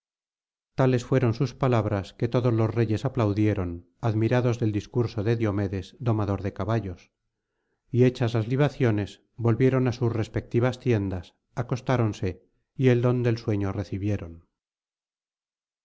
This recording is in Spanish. tales fueron sus palabras que todos los reyes aplaudieron admirados del discurso de diomedes domador de caballos y hechas las libaciones volvieron á sus respectivas tiendas acostáronse y el don del sueño recibieron